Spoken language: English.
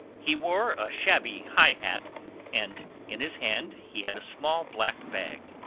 he wore a shabby high hat and in his hand he had a small black bag.